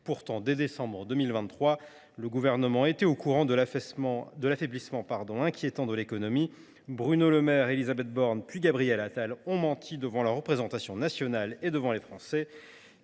mois de décembre 2023, le gouvernement d’alors était au courant de l’affaiblissement inquiétant de l’économie. Bruno Le Maire, Élisabeth Borne, puis Gabriel Attal ont menti devant la représentation nationale et devant les Français.